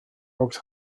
oaks